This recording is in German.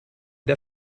der